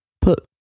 put